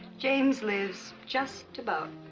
james lives just about